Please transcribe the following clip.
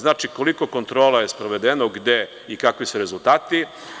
Znači, koliko kontrola je sprovedeno, gde i kakvi su rezultati.